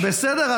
בסדר,